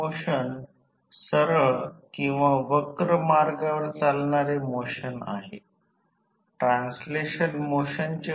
प्रयोगशाळेत 2 KV उपलब्ध होऊ शकत नाही कारण ओपन सर्किट चाचणी साठी पूर्ण व्होल्टेज आवश्यक आहे